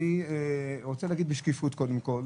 אני מדבר איתך שהשניים שהיו זה היה המקסימום שדובר,